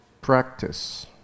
Practice